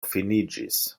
finiĝis